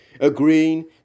agreeing